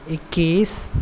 एकैस